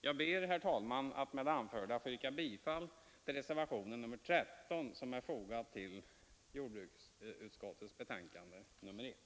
Jag ber, herr talman, att med det anförda få yrka bifall till reservationen 13, som är fogad till jordbruksutskottets betänkande nrl1.